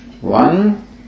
One